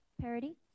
Parody